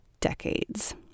decades